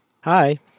Hi